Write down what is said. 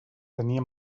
tenia